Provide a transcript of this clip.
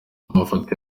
amafoto